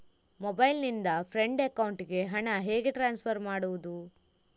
Mobile ನಿಂದ friend ಅಕೌಂಟಿಗೆ ಹಣ ಹೇಗೆ ಟ್ರಾನ್ಸ್ಫರ್ ಮಾಡುವುದು?